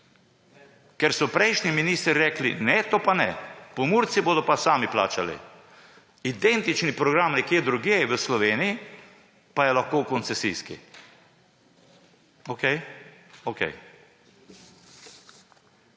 Ker so prejšnji ministri rekli: »Ne, to pa ne. Pomurci bodo pa sami plačali.« Identičen program nekje drugje v Sloveniji pa je lahko koncesijski. Okej?